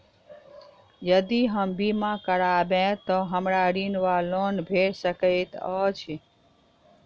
यदि हम बीमा करबै तऽ हमरा ऋण वा लोन भेट सकैत अछि?